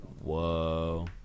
Whoa